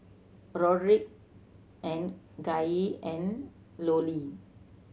Roderick and Gaye and Lollie